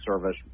service